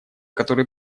которые